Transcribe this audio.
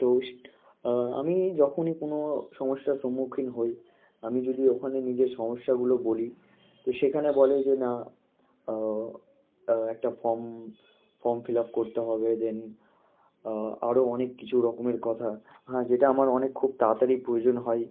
তোস আমি যখনই কোনো সমস্যার সম্মুখীন হই আমি যদি ওখানে নিজের সমস্যাগুলো বলি তো সেখানে বলে যে না একটা ফর্ম ফর্ম ফিলাপ করতে হবে দেন আরো অনেক কিছু রকমের কথা হাঁ যেটা আমার অনেক খুব তাড়াতাড়ি প্রয়োজন হয়